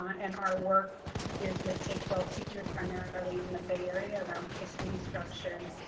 and our work is with k twelve teachers, primarily in the bay area around history instruction,